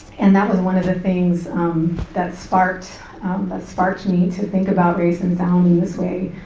and that was one of the things that sparked ah sparked me to think about race and sound this way.